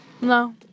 No